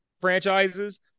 franchises